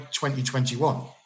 2021